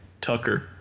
Tucker